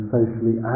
socially